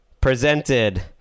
presented